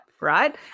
right